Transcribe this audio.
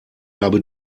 habe